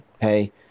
hey